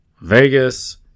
Vegas